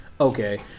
okay